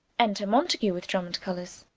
enter mountague, with drumme and colours.